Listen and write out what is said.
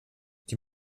die